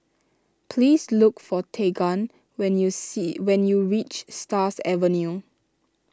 please look for Tegan when you see when you reach Stars Avenue